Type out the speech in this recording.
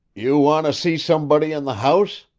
you want to see somebody in the house?